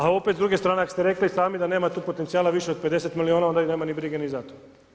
A opet s druge strane ako ste rekli i sami da nemate potencijala više od 50 milijuna onda nema ni brige ni za to.